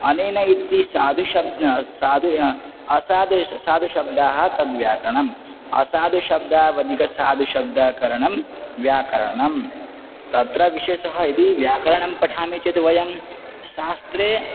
अनेन इति साधुशब्दः साधुः असाधुः साधुशब्दाः तद्व्याकरणम् असाधुशब्दावधिक साधुशब्दाकरणं व्याकरणं तत्र विशेषः यदि व्याकरणं पठामि चेत् वयं शास्त्रे